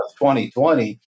2020